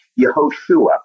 Yehoshua